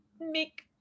make